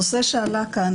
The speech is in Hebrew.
הנושא שעלה כאן,